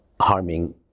harming